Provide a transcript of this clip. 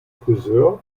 frisör